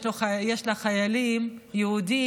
יש לה חיילים יהודים,